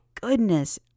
goodness